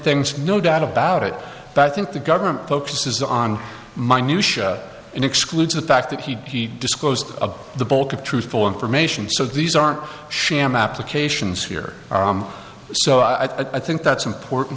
things no doubt about it but i think the government focuses on my new show and excludes the fact that he disclosed of the bulk of truthful information so these are sham applications here so i think that's important